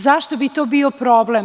Zašto bi to bio problem?